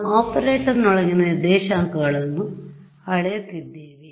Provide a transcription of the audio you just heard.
ನಾವು ಆಪರೇಟರ್ನೊಳಗಿನ ನಿರ್ದೇಶಾಂಕಗಳನ್ನು ಅಳೆಯುತ್ತಿದ್ದೇವೆ